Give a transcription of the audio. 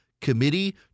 Committee